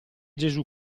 gesù